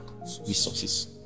resources